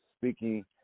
speaking